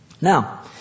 Now